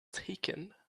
taken